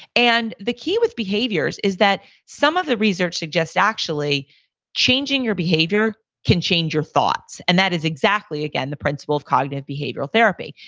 and the key with behaviors is that some of the research suggests actually changing your behavior can change your thoughts, and that is exactly again the principle of cognitive behavioral therapy.